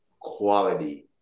quality